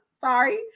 sorry